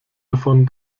davon